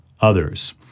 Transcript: others